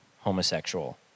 homosexual